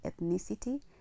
ethnicity